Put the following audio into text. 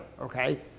okay